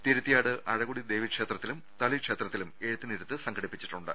തിരുത്തിയാട് അഴകൊടി ദേവീക്ഷേത്ര ത്തിലും തളി ക്ഷേത്രത്തിലും എഴുത്തിനിരുത്ത് സംഘടിപ്പിച്ചി ട്ടുണ്ട്